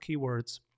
keywords